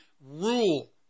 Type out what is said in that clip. rule